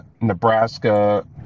Nebraska